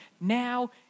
now